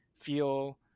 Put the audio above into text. feel